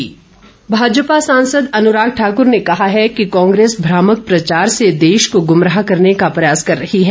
अनुराग ठाकुर भाजपा सांसद अनुराग ठाक्र ने कहा है कि कांग्रेस भ्रामक प्रचार से देश को गुमराह करने का प्रयास कर रही है